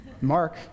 Mark